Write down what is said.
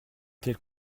tel